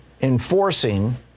enforcing